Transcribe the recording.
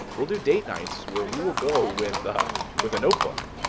we'll do date nights, where we will go with ah with a notebook,